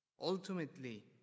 Ultimately